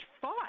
fought